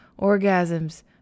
orgasms